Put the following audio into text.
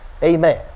Amen